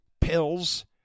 pills